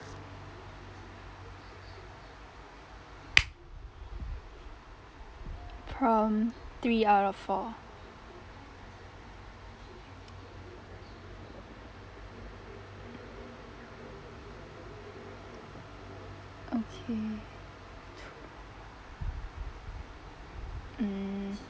from three out of four okay mm